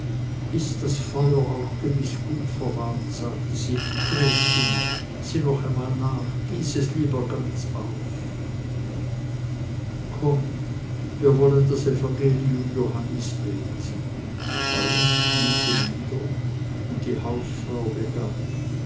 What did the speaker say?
ist das feuer auch gewiß gut verwahrt sagte sie gretchen sieh noch einmal nach gieß es lieber ganz aus kommt wir wollen das evangelium johannis beten alles kniete nieder und die hausfrau begann